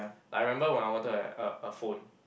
like I remember when I wanted a a a phone